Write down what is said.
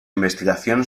investigación